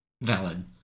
valid